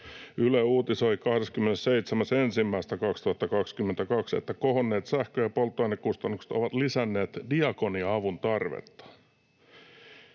Yle uutisoi 27.1.2022, että kohonneet sähkö- ja polttoainekustannukset ovat lisänneet diakonia-avun tarvetta.